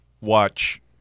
watch